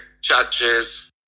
judges